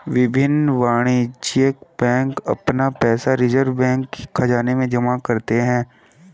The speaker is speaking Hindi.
विभिन्न वाणिज्यिक बैंक अपना पैसा रिज़र्व बैंक के ख़ज़ाने में जमा करते हैं